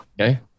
Okay